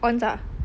ons tak